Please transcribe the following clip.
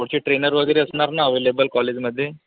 स्पोर्टचे trainer वगैरे असणार ना अवेलेबल कॉलेजमध्ये